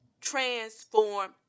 transform